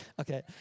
Okay